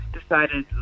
decided